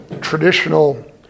traditional